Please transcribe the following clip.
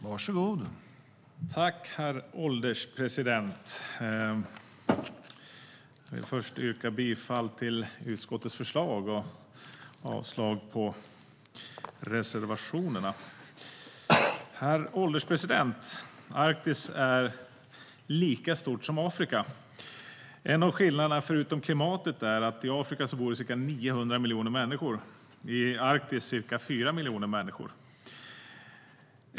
Herr ålderspresident! Jag börjar med att yrka bifall till utskottets förslag och avslag på reservationerna. Arktis är lika stort som Afrika. En av skillnaderna, förutom klimatet, är att det i Afrika bor ca 900 miljoner människor och att det i Arktis bor ca 4 miljoner människor.